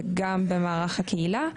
וגם במערך הקהילה,